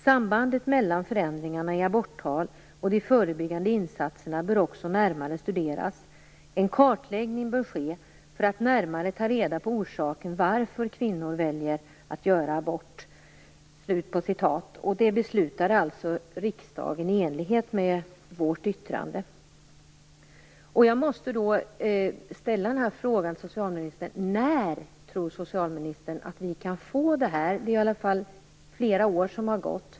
Sambandet mellan förändringarna i aborttal och de förebyggande insatserna bör också närmare studeras. Riksdagen beslutade i enlighet med utskottets yttrande. Jag måste ställa frågan till socialministern: När tror socialministern att vi kan få allt detta? Det har gått flera år.